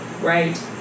right